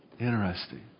Interesting